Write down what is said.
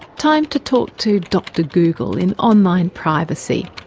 time to talk to dr google in online privacy.